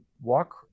walk